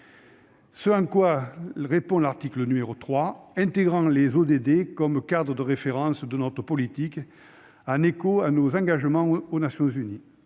ce à quoi répond l'article 3, en intégrant les ODD comme cadre de référence de notre politique, en écho à nos engagements aux Nations unies.